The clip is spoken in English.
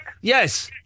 Yes